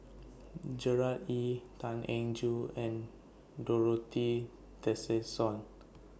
Gerard Ee Tan Eng Joo and Dorothy Tessensohn